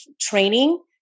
training